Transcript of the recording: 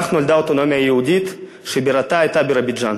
כך נולדה אוטונומיה יהודית שבירתה בירוביג'ן.